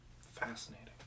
fascinating